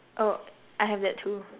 oh I have that too